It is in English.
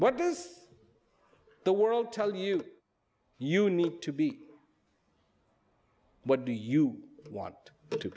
what does the world tell you you need to be what do you want to